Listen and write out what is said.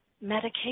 medication